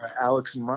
Alex